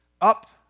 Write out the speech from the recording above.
up